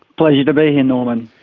pleasure to be here, norman.